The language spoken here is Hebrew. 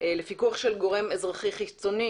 לפיקוח של גורם אזרחי חיצוני,